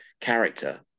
character